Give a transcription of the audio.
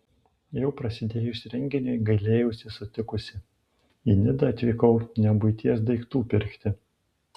jau prasidėjus renginiui gailėjausi sutikusi į nidą atvykau ne buities daiktų pirkti